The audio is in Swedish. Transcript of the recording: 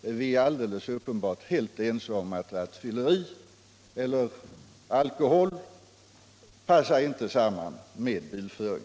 Vi är alldeles uppenbart helt ense om att alkohol inte passar samman med bilkörning.